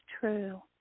true